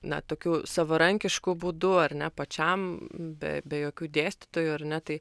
na tokiu savarankišku būdu ar ne pačiam be be jokių dėstytojų ar ne tai